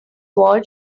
wall